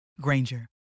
granger